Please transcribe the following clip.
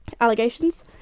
allegations